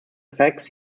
effects